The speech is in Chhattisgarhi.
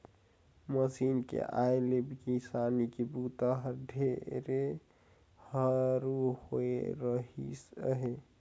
मसीन के आए ले किसानी के बूता हर ढेरे हरू होवे रहीस हे